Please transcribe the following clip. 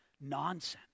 nonsense